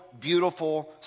beautiful